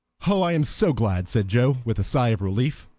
oh, i am so glad, said joe, with a sigh of relief.